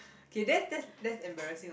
okay that's that's that's embarrassing ah